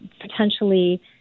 potentially